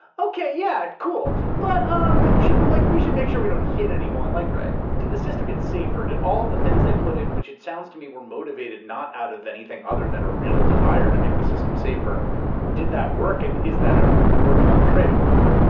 okay yeah, cool, but um, we like we should make sure we don't hit anyone. like right. did the system get safer? did all of the things they put in which it sounds to me were motivated not out of anything other than a real desire to make the system safer did that work and is that ah worthwhile trade of?